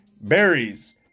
berries